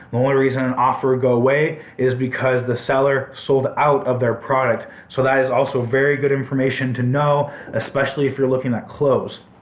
the only reason an offer goes away is because the seller sold out of their product so that is also very good information to know especially if you're looking at clothes.